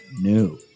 new